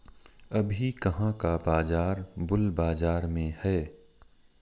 अभी कहाँ का बाजार बुल बाजार में है?